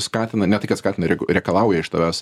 skatina ne tai kad skatina re reikalauja iš tavęs